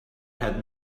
had